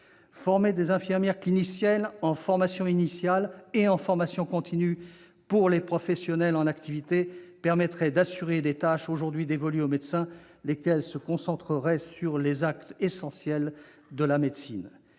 et des infirmières cliniciens en formation initiale ou continue pour les professionnels en activité permettrait d'assurer des tâches aujourd'hui dévolues aux médecins, lesquels se concentreraient sur les actes essentiels de la médecine.